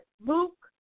Luke